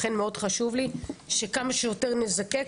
לכן מאוד חשוב לי שכמה שיותר נזקק,